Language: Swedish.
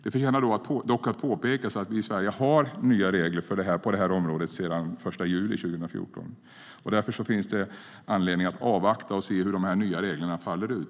Det förtjänar dock att påpekas att vi i Sverige har nya regler på detta område sedan den 1 juli 2014. Därför finns det anledning att avvakta och se hur dessa nya regler faller ut.